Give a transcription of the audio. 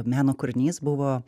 meno kūrinys buvo